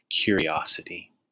curiosity